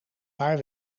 paar